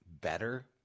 better